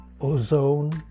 ozone